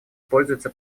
пользуется